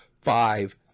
five